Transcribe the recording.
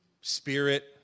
spirit